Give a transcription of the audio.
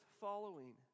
following